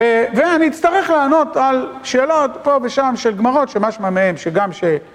ואני אצטרך לענות על שאלות פה ושם של גמרות שמשמע מהם שגם ש...